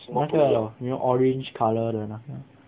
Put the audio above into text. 那个 you know orange colour 的那个